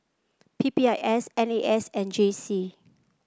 P P I S N A S and J C